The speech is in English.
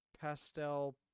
pastel